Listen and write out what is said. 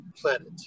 planet